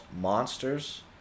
monsters